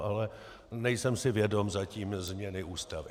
Ale nejsem si vědom zatím změny Ústavy.